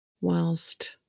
whilst